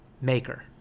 maker